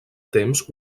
temps